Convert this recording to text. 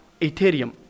Ethereum